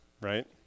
right